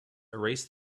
erased